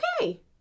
okay